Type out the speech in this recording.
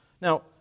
Now